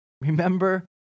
Remember